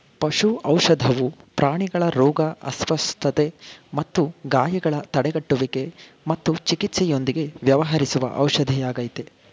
ಪಶು ಔಷಧವು ಪ್ರಾಣಿಗಳ ರೋಗ ಅಸ್ವಸ್ಥತೆ ಮತ್ತು ಗಾಯಗಳ ತಡೆಗಟ್ಟುವಿಕೆ ಮತ್ತು ಚಿಕಿತ್ಸೆಯೊಂದಿಗೆ ವ್ಯವಹರಿಸುವ ಔಷಧಿಯಾಗಯ್ತೆ